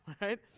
Right